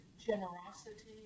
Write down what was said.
generosity